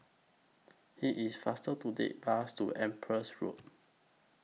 IT IS faster to Take Bus to Empress Road